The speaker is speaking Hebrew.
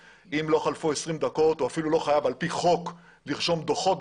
אם לא חלפו 20 דקות או אפילו הוא לא חייב על פי חוק לרשום דוחות.